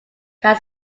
can